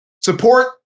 support